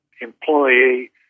employee